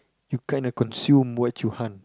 you kinda consume what you hunt